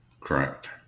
Correct